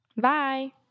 Bye